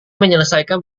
menyelesaikan